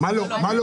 מה לא?